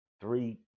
three